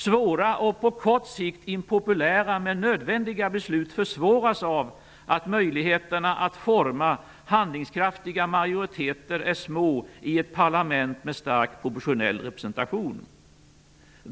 Svåra och på kort sikt impopulära men nödvändiga beslut försvåras av att möjligheterna att forma handlingskraftiga majoriteter är små i ett parlament med starkt proportionell represenation.